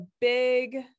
big